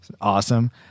Awesome